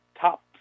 top